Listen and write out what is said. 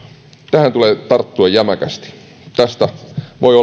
tähän tulee tarttua jämäkästi tästä voi